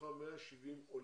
מתוכם 170 עולים,